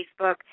Facebook